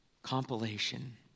Compilation